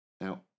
Now